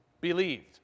believed